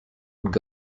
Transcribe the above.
would